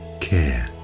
care